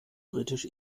britisch